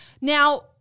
Now